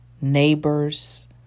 neighbors